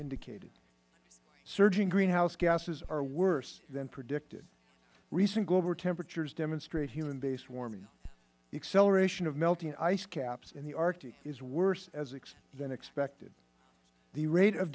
indicated surging greenhouse gases are worse than predicted recent global temperatures demonstrate human based warming the acceleration of melting ice caps in the arctic is worse than expected the rate of